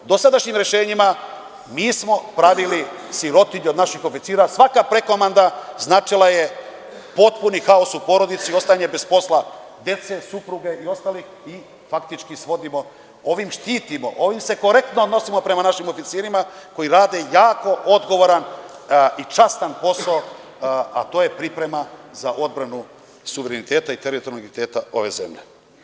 Dosadašnjim rešenjima, mi smo pravili sirotinju od naših oficira i svaka prekomanda značila je potpuni haos u porodici, ostajanje bez posla, dece, supruge, ostalih i faktički, svodimo, odnosno ovim štitimo, ovim se korektno nosimo prema našim oficirima koji rade jako odgovoran i častan posao, a to je priprema za odbranu suvereniteta i teritorijalnog integriteta ove zemlje.